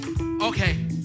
Okay